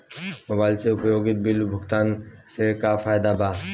Mobile से उपयोगिता bill भुगतान से का फायदा बा?